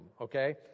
okay